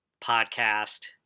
podcast